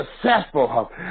successful